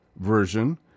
version